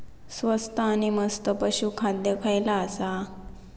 स्वस्त आणि मस्त पशू खाद्य खयला आसा?